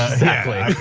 exactly,